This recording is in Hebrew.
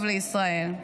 טוב לישראל.